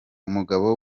mugabo